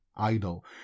Idol